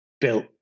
built